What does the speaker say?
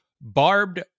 barbed